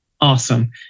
awesome